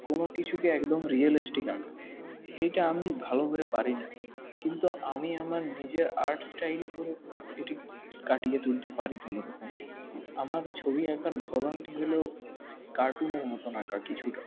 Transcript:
কোনও কিছুকে একদম রিয়ালিস্টিক আঁকা এইটা আমি ভালো করে পারি না কিন্তু আমি আমার নিজের আর্ট স্টাইল করে এটি কাটিয়ে তুলতে পারি কোনোরকমে আমার ছবি আঁকার ধরনটি হল কার্টুনের মতন আঁকা কিছুটা